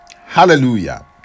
Hallelujah